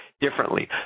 differently